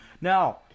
Now